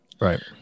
Right